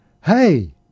Hey